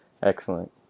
Excellent